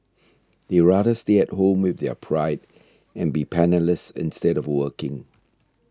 they rather stay at home with their pride and be penniless instead of working